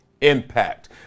impact